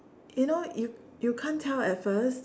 you know you you can't tell at first